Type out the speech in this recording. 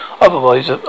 otherwise